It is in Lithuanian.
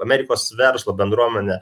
amerikos verslo bendruomenę